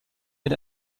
mit